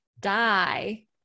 die